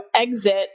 exit